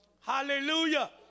Hallelujah